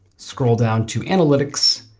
scroll down to analytics,